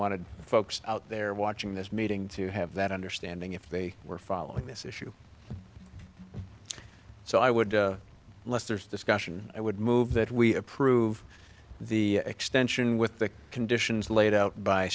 wanted the folks out there watching this meeting to have that understanding if they were following this issue so i would lester's discussion i would move that we approve the extension with the conditions laid out by